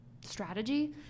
strategy